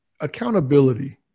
accountability